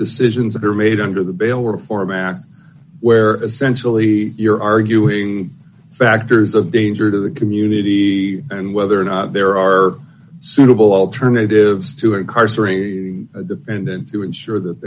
decisions that are made under the bail reform act where essentially you're arguing factors of danger to the community and whether or not there are suitable alternatives to incarcerate the defendant to ensure that